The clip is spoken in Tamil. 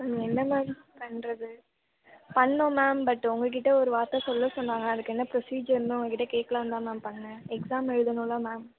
மேம் என்ன மேம் பண்ணுறது பண்ணிணோம் மேம் பட் உங்கள் கிட்டே ஒரு வார்த்தை சொல்ல சொன்னாங்க அதுக்கு என்ன ப்ரொசீஜர்னு உங்க கிட்டே கேட்கலான்னு தான் மேம் பண்ணிணேன் எக்ஸாம் எழுதணும்ல மேம்